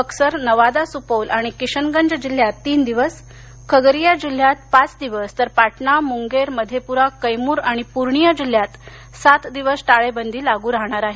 बक्सर नवादा सुपौल आणि किशनगंज जिल्ह्यात तीन दिवस खागरिया जिल्ह्यात पाच दिवस तर पाटणा मुंगेर मधेपुरा कैमूर आणि पूर्णिया जिल्ह्यात सात दिवस टाळेबंदी लागू राहणार आहे